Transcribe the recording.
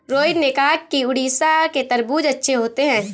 रोहित ने कहा कि उड़ीसा के तरबूज़ अच्छे होते हैं